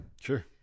sure